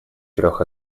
трех